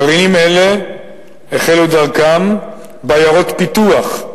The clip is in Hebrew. גרעינים אלה החלו דרכם בעיירות פיתוח,